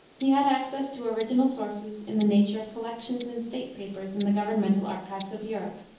he had access to original sources, in the nature of collections and state papers in the governmental archives of europe,